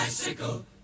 Bicycle